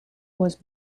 was